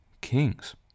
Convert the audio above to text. kings